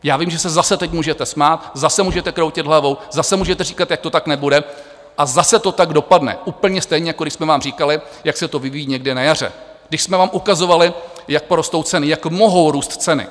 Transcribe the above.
Já vím, že se zase teď můžete smát, zase můžete kroutit hlavou, zase můžete říkat, jak to tak nebude, a zase to tak dopadne, úplně stejně, jako když jsme vám říkali, jak se to vyvíjí někde na jaře, když jsme vám ukazovali, jak porostou ceny, jak mohou růst ceny.